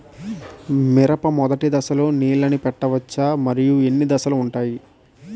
మిరప మొదటి దశలో నీళ్ళని పెట్టవచ్చా? మరియు ఎన్ని దశలు ఉంటాయి?